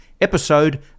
episode